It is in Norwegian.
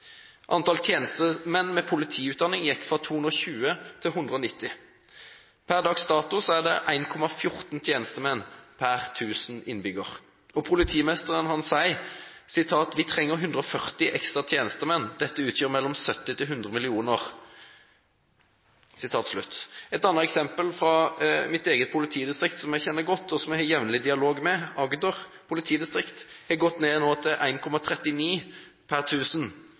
Antall tjenestemenn med politiutdanning gikk fra 220 til 190. Per dags dato er det 1,14 tjenestemenn per 1 000 innbyggere. Der sier man: «Vi trenger 140 ekstra tjenestemenn. Dette utgjør mellom 70–100 millioner kroner.» Et annet eksempel er fra mitt eget politidistrikt, som jeg kjenner godt, og som jeg jevnlig har dialog med: Agder politidistrikt. De har nå gått ned til